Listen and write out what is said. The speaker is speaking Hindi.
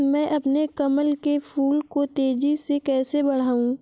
मैं अपने कमल के फूल को तेजी से कैसे बढाऊं?